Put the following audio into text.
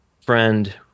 friend